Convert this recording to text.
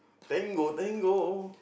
Tango Tango